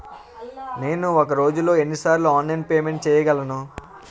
నేను ఒక రోజులో ఎన్ని సార్లు ఆన్లైన్ పేమెంట్ చేయగలను?